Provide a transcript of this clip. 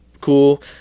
cool